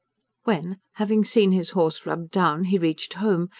when, having seen his horse rubbed down, he reached home,